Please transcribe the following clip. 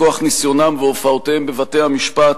מכוח ניסיונם והופעותיהם בבתי-המשפט,